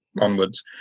onwards